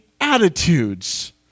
attitudes